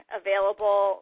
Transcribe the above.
available